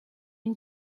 une